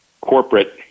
corporate